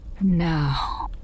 Now